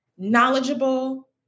knowledgeable